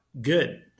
good